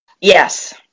Yes